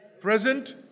present